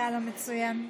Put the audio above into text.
יאללה, מצוין.